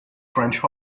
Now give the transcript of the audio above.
branch